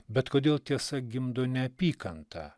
bet kodėl tiesa gimdo neapykantą